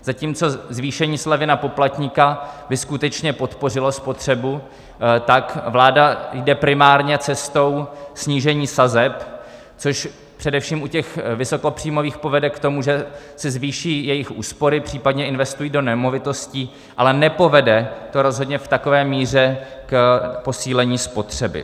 Zatímco zvýšení slevy na poplatníka by skutečně podpořilo spotřebu, tak vláda jde primárně cestou snížení sazeb, což především u těch vysokopříjmových povede k tomu, že se zvýší jejich úspory, případně investují do nemovitostí, ale nepovede to rozhodně v takové míře k posílení spotřeby.